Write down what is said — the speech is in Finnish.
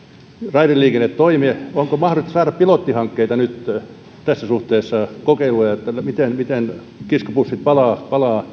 raideliikenne toimi onko mahdollista saada pilottihankkeita nyt tässä suhteessa kokeiluja miten miten kiskobussit palaavat